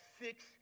six